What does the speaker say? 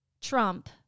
Trump